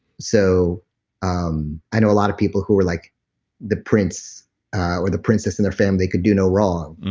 so um i know a lot of people who are like the prince or the princess in their family. they could do no wrong.